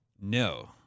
No